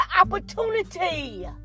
opportunity